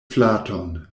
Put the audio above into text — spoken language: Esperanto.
flaton